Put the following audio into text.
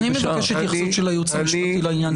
אני מבקש התייחסות של הייעוץ המשפטי לעניין.